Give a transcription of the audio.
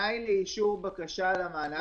מי בעד?